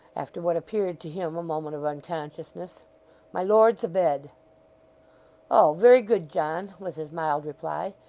after what appeared to him a moment of unconsciousness my lord's abed oh. very good, john was his mild reply.